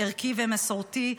ערכי ומסורתי,